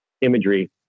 imagery